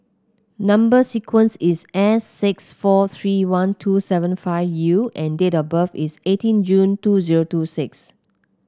number sequence is S six four three one two seven five U and date of birth is eighteen June two zero two six